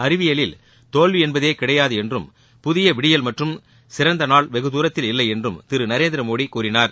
அறிவியலில் தோல்வி என்பதே கிடையாது என்றும் புதிய விடியல் மற்றும் சிறந்த நாள் வெகுதுரத்தில் இல்லை என்றும் திரு நரேந்திரமோடி கூறினார்